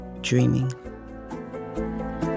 dreaming